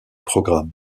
programme